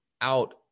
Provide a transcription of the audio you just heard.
out